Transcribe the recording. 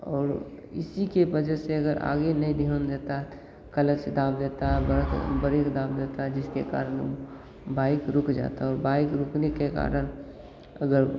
और इसी की वजह से अगर आगे नहीं ध्यान देता है क्लच दबा देता है ब्रेक दबा देता है जिसके कारण उ बाइक रुक जाता है और बाइक रुकने के कारण अगर